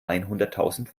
einhunderttausend